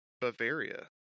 Bavaria